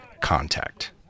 contact